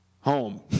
home